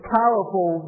powerful